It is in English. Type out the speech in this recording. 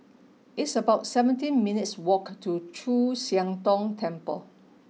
it's about seventeen minutes' walk to Chu Siang Tong Temple